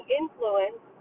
influence